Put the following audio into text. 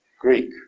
Greek